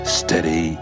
steady